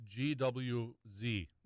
GWZ